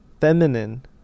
feminine